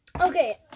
okay